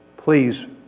Please